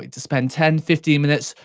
ah just spend ten fifteen minutes,